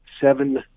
seven